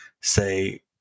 say